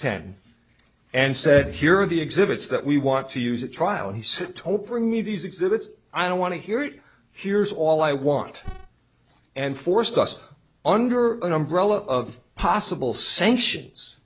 ten and said here are the exhibits that we want to use a trial and he said top for me these exhibits i don't want to hear it here's all i want and forced us under an umbrella of possible sanctions